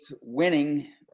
winning